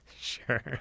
Sure